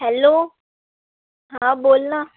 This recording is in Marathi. हॅलो हं बोल ना